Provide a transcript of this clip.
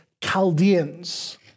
Chaldeans